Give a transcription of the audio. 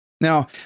Now